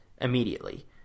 immediately